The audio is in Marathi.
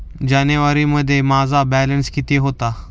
जानेवारीमध्ये माझा बॅलन्स किती होता?